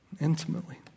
intimately